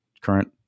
current